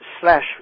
slash